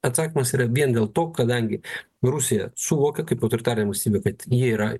atsakymas yra vien dėl to kadangi rusija suvokia kaip autoritarinė valstybė kad ji yra